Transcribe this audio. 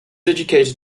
educated